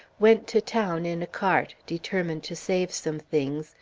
went to town in a cart, determined to save some things,